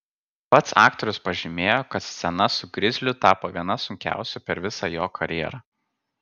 pats aktorius pažymėjo kad scena su grizliu tapo viena sunkiausių per visą jo karjerą